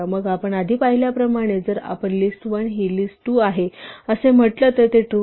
मग आपण आधी पाहिल्याप्रमाणे जर आपण लिस्ट 1 हि लिस्ट 2 आहे असे म्हटले तर ते ट्रू आहे